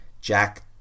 Jack